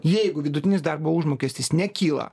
jeigu vidutinis darbo užmokestis nekyla